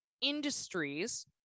industries